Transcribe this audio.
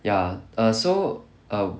ya err so err